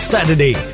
Saturday